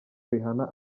rihanna